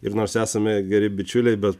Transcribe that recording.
ir nors esame geri bičiuliai bet